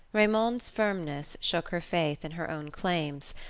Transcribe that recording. raymond's firmness shook her faith in her own claims,